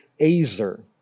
azer